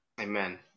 Amen